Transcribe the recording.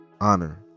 honor